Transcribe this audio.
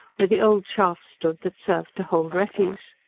where the old shaft stood that served to hold refuse.